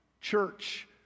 church